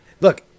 Look